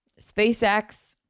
SpaceX